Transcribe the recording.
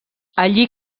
allí